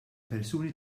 persuni